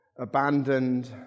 abandoned